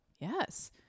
Yes